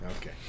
Okay